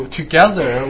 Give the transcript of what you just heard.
together